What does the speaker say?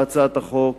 היא שבהצעת החוק